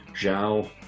Zhao